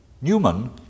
Newman